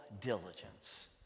diligence